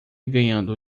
ganhando